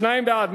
שניים בעד.